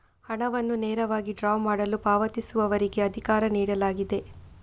ಹಣವನ್ನು ನೇರವಾಗಿ ಡ್ರಾ ಮಾಡಲು ಪಾವತಿಸುವವರಿಗೆ ಅಧಿಕಾರ ನೀಡಲಾಗಿದೆ